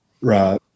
Right